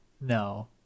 no